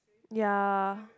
ya